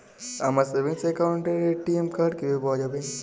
আমার সেভিংস অ্যাকাউন্টের ATM card কিভাবে পাওয়া যাবে?